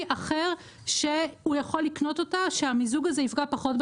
אחר שהוא יכול לקנות אותה שהמיזוג הזה יפגע פחות,